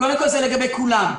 קודם כול, זה לגבי כולם.